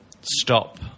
stop